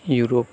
Europe